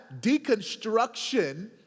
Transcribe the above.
deconstruction